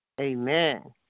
Amen